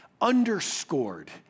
underscored